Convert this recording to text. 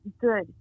good